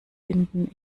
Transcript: binden